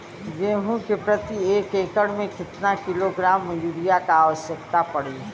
गेहूँ के प्रति एक एकड़ में कितना किलोग्राम युरिया क आवश्यकता पड़ी?